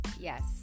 yes